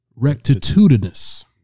Rectitudinous